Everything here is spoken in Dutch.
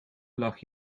lag